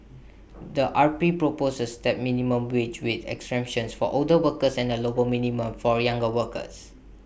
the R P proposed A stepped minimum wage with exemptions for older workers and A lower minimum for younger workers